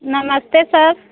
नमस्ते सर